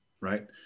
Right